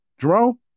Jerome